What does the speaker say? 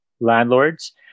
landlords